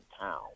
town